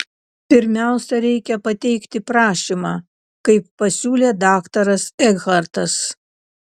pirmiausia reikia pateikti prašymą kaip pasiūlė daktaras ekhartas